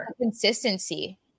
consistency